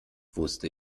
wusste